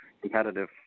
competitive